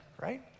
Right